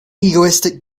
egoistic